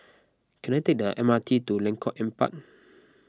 can I take the M R T to Lengkok Empat